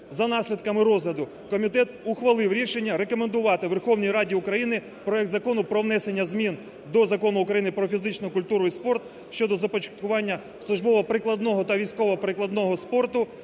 За наслідками розгляду комітет ухвалив рішення: рекомендувати Верховній Раді України проект Закону про внесення змін до Закону України "Про фізичну культуру і спорт" щодо започаткування службово-прикладного та військово-прикладного спорту,